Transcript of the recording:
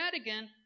again